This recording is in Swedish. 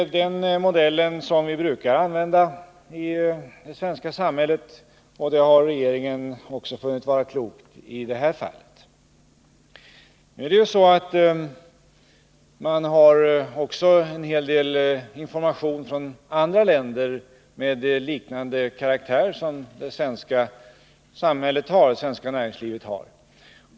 Den modellen brukar vi använda i det svenska samhället, och regeringen har funnit det vara klokt att göra så också i det här fallet. Nu har det även kommit en hel del information från andra länder där näringslivet har ungefär samma karaktär som i det svenska samhället.